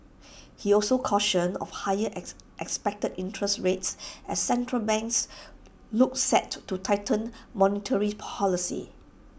he also cautioned of higher ex expected interests rates as central banks look set to to tighten monetary policy